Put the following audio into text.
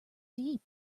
deep